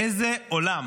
באיזה עולם